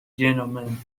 gentleman